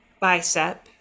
bicep